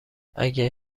اگه